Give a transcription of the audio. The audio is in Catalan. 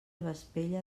vespella